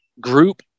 group